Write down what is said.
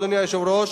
אדוני היושב-ראש,